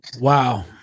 Wow